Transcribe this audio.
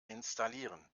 installieren